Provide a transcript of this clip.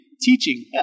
Teaching